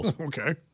Okay